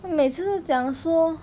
她每次讲说